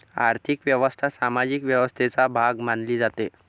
आर्थिक व्यवस्था सामाजिक व्यवस्थेचा भाग मानली जाते